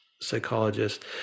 psychologist